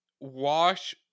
wash